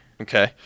Okay